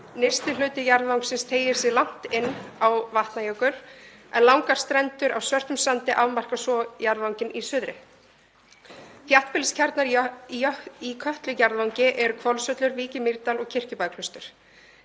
Nyrsti hluti jarðvangsins teygir sig langt inn á Vatnajökul en langar strendur á svörtum sandi afmarka svo jarðvanginn í suðri. Þéttbýliskjarnar í Kötlu jarðvangi eru Hvolsvöllur, Vík í Mýrdal og Kirkjubæjarklaustur.